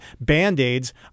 Band-Aids